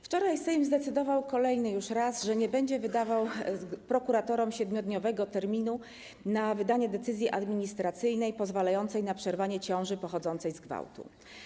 Wczoraj Sejm zdecydował kolejny już raz, że nie będzie dawał prokuratorom 7-dniowego terminu na wydanie decyzji administracyjnej pozwalającej na przerwanie ciąży pochodzącej z gwałtu.